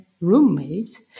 roommates